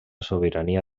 sobirania